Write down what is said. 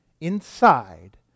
inside